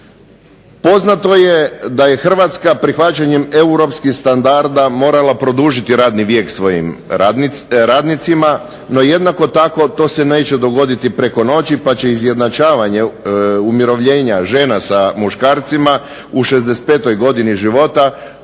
Poznato je da je Hrvatska prihvaćanjem europskih standarda morala produžiti radni vijek svojim radnicima, no jednako tako to se neće dogoditi preko noći pa će izjednačavanje umirovljenja žena sa muškarcima u 65 godini života